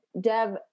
Dev